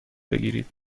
بگیرید